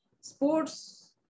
Sports